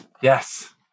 Yes